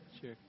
Sure